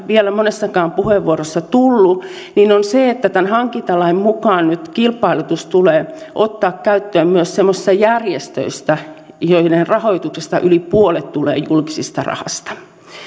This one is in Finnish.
vielä monessakaan puheenvuorossa tullut on se että tämän hankintalain mukaan nyt kilpailutus tulee ottaa käyttöön myös semmoisissa järjestöissä joiden rahoituksesta yli puolet tulee julkisesta rahasta